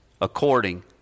according